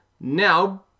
Now